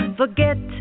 forget